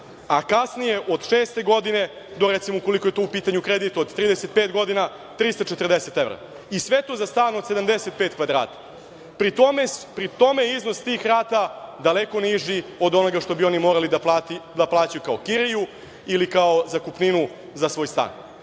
a kasnije od šeste godine do recimo, ukoliko je to u pitanju kredit od 35 godina, 340 evra i sve to za stan od 75 kvadrata. Pri tome iznos tih rata daleko niži od onoga što bi oni morali da plaćaju kao kiriju ili kao zakupninu za svoj stan.25/3